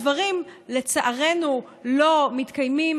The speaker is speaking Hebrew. הדברים לצערנו לא מתקיימים,